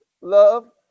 Love